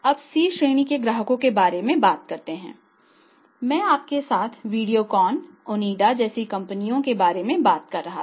अब C श्रेणी के ग्राहकों के बारे में बात करते हैं मैं आपके साथ वीडियोकॉन ओनिडा जैसी कंपनियों के बारे में बात कर रहा था